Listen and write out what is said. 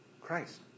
Christ